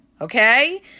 okay